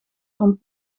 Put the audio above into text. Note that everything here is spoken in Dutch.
vond